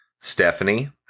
Stephanie